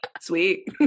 sweet